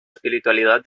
espiritualidad